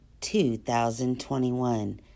2021